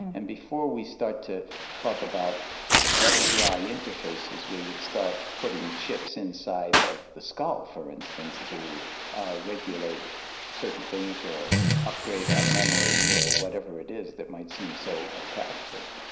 and before we start to talk about wet dry interfaces where you start putting chips inside of the skull, for instance, to regulate certain things or upgrade our memory or whatever it is that might seem so attractive,